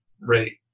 rate